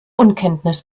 unkenntnis